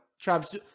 Travis